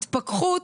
התפקחות,